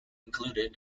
included